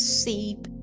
seep